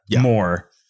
more